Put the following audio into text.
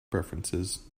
preferences